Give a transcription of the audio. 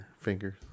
fingers